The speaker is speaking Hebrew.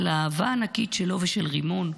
על האהבה הענקית שלו ושל רימון,